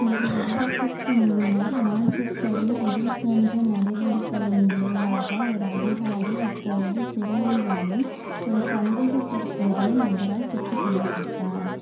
ஒரு வருடத்திற்கு முன்னர் மான்செஸ்டரில் இதேபோன்ற நடவடிக்கையின் விளைவாக ஒரு அதிகாரி இப்பொழுது சிறையில் வாழும் ஒரு சந்தேகத்திற்குரிய நபரால் குத்திக் கொல்லப்பட்டார்